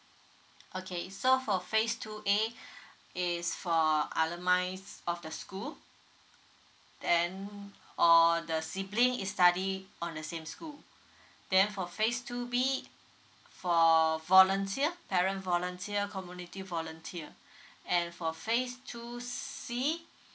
okay so for phase two A is for alumni of the school then or the sibling is study on the same school then for phase two B for volunteer parent volunteer community volunteer and for phase two C